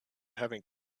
having